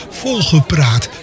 volgepraat